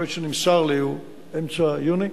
המועד שנמסר לי הוא אמצע יוני.